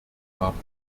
haben